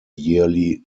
yearly